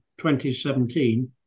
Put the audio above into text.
2017